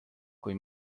kui